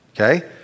Okay